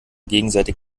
gegenseitig